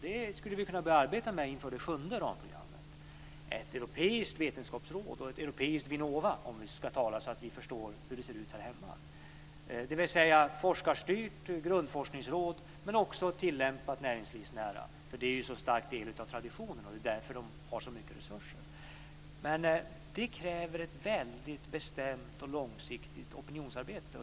Det skulle vi kunna börja arbeta med inför det sjunde ramprogrammet - ett europeiskt vetenskapsråd och ett europeiskt Vinnova, om vi ska tala så att vi förstår, dvs. ett forskarstyrt grundforskningsråd men också tillämpad näringslivsnära forskning. Det är så stark del av traditionen, och det är därför som de har det så mycket resurser. Men det kräver ett väldigt bestämt och långsiktigt opinionsarbete.